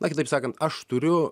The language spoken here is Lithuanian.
na kitaip sakant aš turiu